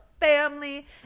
family